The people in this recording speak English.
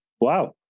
Wow